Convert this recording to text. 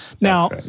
now